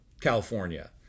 California